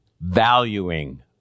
valuing